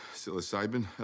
Psilocybin